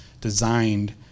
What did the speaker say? designed